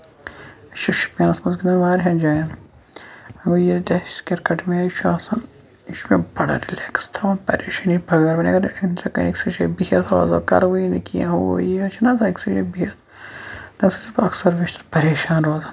چھِ شُپینَس منٛز گٲمٕتی واریاہن جاین گوٚو ییٚلہِ تہِ اَسہ کِرکَٹ میچ چھُ آسان یہِ چھُ مےٚ بَڈٕ رِلیکٔس تھاوان پَریشٲنی بَغٲر وۅنۍ اَگر اِنسان گژھِ أکسٕے جایہِ بِہتھ روزو کَروٕے نہٕ کیٚنٛہہ اوٗرۍ یِہےَ چھُناہ وۅنۍ أکسٕے جایہِ بِہِتھ تمہِ سۭتۍ چھُس بہٕ اَکثر پَریشان روزان